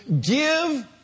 give